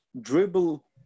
dribble